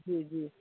जी जी